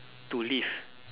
to live